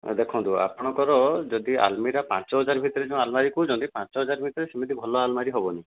ଦେଖନ୍ତୁ ଆପଣଙ୍କର ଯଦି ଆଲମିରା ପାଞ୍ଚ ହଜାର ଭିତରେ ଯେଉଁ ଆଲମାରି କହୁଛନ୍ତି ପାଞ୍ଚ ହଜାର ଭିତରେ ସେମିତି ଭଲ ଆଲମାରି ହେବନି